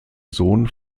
sohn